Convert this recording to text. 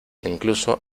incluso